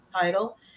title